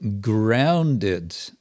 grounded